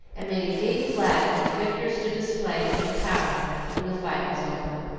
and made a gay flag for the victors to display from the tower when the fight was over.